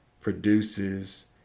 produces